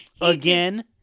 again